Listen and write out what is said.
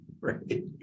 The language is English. Right